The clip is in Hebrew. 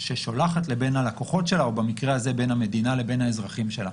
ששולחת לבין הלקוחות שלה או במקרה הזה בין המדינה לבין האזרחים שלה.